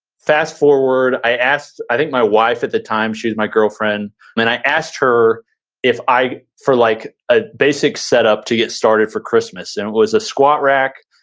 fast-forward, i asked, i think my wife, at the time she was my girlfriend and i asked her if i, for like a basic setup to get started for christmas and it was a squat rack,